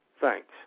thanks